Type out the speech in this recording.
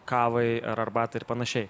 kavai ar arbatai ir panašiai